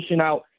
out